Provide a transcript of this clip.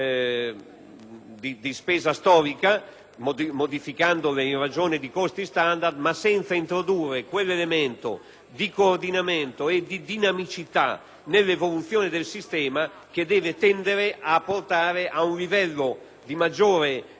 di spesa storica, modificandole in ragione dei costi standardsenza introdurre quell'elemento di coordinamento e di dinamicità nell'evoluzione del sistema che deve tendere a portare ad un livello di maggiore armonia